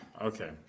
Okay